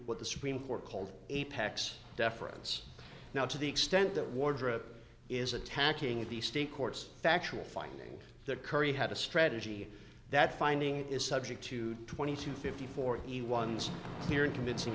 what the supreme court called apex deference now to the extent that wardrobe is attacking the state courts factual finding that curry had a strategy that finding is subject to twenty to fifty four easy ones here in convincing